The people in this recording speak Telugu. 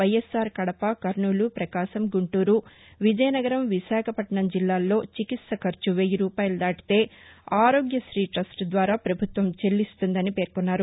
వైఎస్ఆర్ కడప కర్నూలు ప్రకాశం గుంటూరు విజయనగరం విశాఖపట్టణం జిల్లాల్లో చికిత్స ఖర్చు వెయ్యి రూపాయలు దాటితే ఆరోగ్యతీ టస్లు ద్వారా ప్రభుత్వం చెల్లిస్తుందని పేర్కొన్నారు